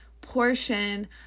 portion